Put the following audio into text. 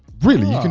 really?